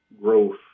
growth